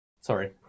Sorry